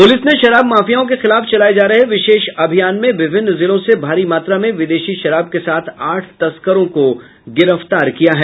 police ने शराब माफियाओं के खिलाफ चलाये जा रहे विशेष अभियान में विभिन्न जिलों से भारी मात्रा में विदेशी शराब के साथ आठ तस्करों को गिरफ्तार किया है